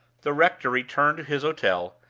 the rector returned to his hotel,